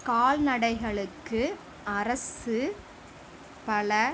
கால்நடைகளுக்கு அரசு பல